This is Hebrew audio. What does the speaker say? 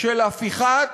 של הפיכת